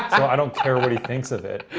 i don't care what he thinks of it.